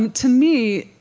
and to me,